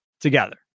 together